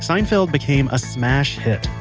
seinfeld became a smash hit,